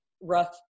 rough